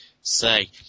say